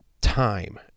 time